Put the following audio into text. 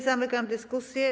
Zamykam dyskusję.